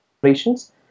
operations